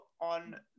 on